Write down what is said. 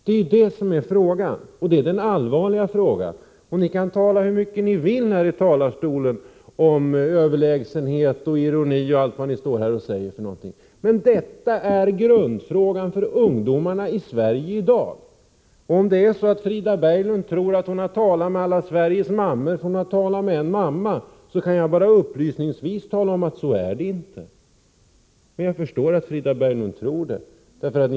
Det är ju det som är frågan, och det är den allvarliga frågan. Ni kan stå här i talarstolen och tala hur mycket ni vill om överlägsenhet, ironi och allt vad det nu är. Men detta är grundfrågan för ungdomarna i Sverige i dag. Om Frida Berglund tror att hon har talat med alla mammor i Sverige bara därför att hon har talat med en mamma, kan jag upplysningsvis tala om att så är det inte. Jag förstår att Frida Berglund tror att hon har talat med alla mammor.